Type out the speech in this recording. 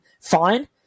fine